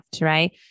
right